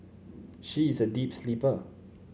she is a deep sleeper